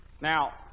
Now